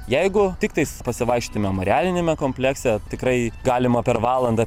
jeigu tiktais pasivaikščioti memorialiniame komplekse tikrai galima per valandą